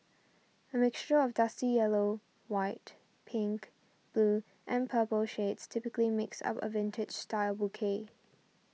a mixture of dusty yellow white pink blue and purple shades typically makes up a vintage style bouquet